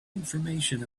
information